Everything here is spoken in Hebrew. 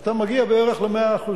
אתה מגיע בערך ל-100%,